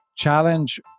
Challenge